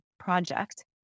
Project